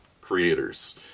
creators